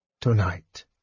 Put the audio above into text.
Tonight